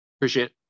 Appreciate